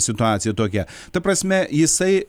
situacija tokia ta prasme jisai